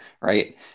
right